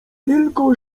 tylko